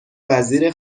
وزیر